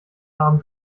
arm